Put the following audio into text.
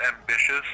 ambitious